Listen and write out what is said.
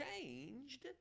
changed